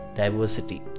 diversity